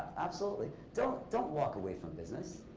absolutely. don't don't walk away from business.